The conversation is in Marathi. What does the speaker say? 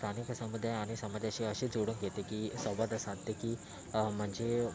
स्थानिक समुदाय आणि समाजाशी असे जोडून घेते की संवाद साधते की म्हणजे